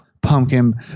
pumpkin